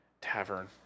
Tavern